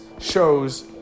shows